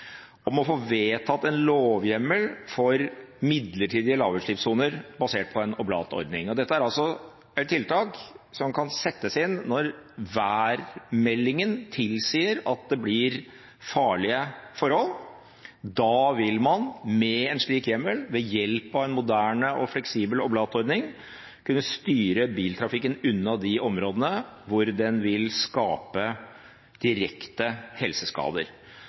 om å få vedtatt en lovhjemmel for midlertidige lavutslippssoner basert på en oblatordning. Dette er altså et tiltak som kan settes inn når værmeldingen tilsier at det blir farlige forhold. Da vil man med en slik hjemmel, ved hjelp av en moderne og fleksibel oblatordning, kunne styre biltrafikken unna de områdene hvor den vil skape direkte helseskader.